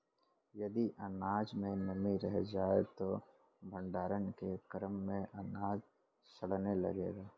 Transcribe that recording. यदि अनाज में नमी रह जाए तो भण्डारण के क्रम में अनाज सड़ने लगेगा